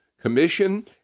Commission